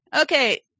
Okay